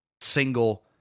single